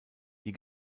die